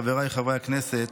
חבריי חברי הכנסת,